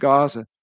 Gaza